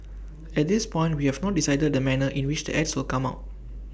at this point we have not decided the manner in which the ads will come out